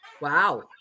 Wow